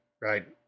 right